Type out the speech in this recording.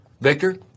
Victor